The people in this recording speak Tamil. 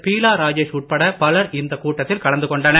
பீலா ராஜேஷ் உட்பட பலர் இந்த கூட்டத்தில் கலந்து கொண்டனர்